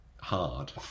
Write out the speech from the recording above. hard